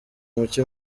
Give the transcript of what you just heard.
muke